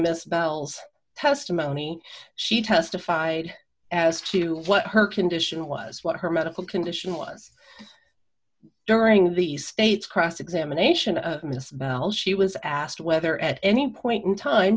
miss bell's testimony she testified as to what her condition was what her medical condition was during the state's cross examination of miss bell she was asked whether at any point in time